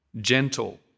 gentle